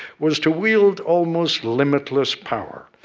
was to wield almost limitless power.